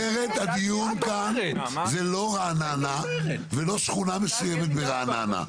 כותרת הדיון כאן זה לא רעננה ולא שכונה מסוימת ברעננה,